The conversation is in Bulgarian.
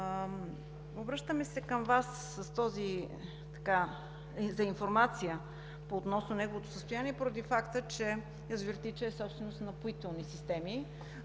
Обръщаме се към Вас за информация относно неговото състояние поради факта, че язовир „Тича“ е собственост на Напоителни системи.